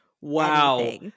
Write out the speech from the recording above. wow